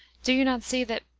do you not see that,